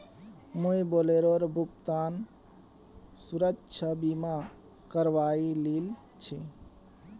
मुई बोलेरोर भुगतान सुरक्षा बीमा करवइ लिल छि